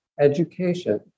education